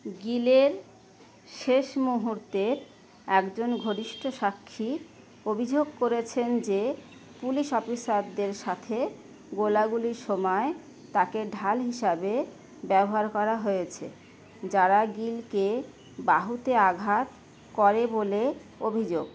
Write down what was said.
গিলের শেষ মুহুর্তে একজন ঘনিষ্ঠ সাক্ষী অভিযোগ করেছেন যে পুলিশ অফিসারদের সাথে গোলাগুলির সময় তাঁকে ঢাল হিসাবে ব্যবহার করা হয়েছে যারা গিলকে বাহুতে আঘাত করে বলে অভিযোগ